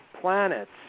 planets